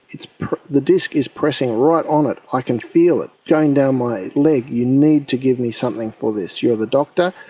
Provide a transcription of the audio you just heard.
the disc is pressing right on it, i can feel it going down my leg, you need to give me something for this, you're the doctor,